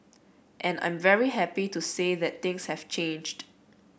and I'm very happy to say that things have changed